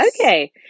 Okay